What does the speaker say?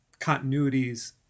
continuities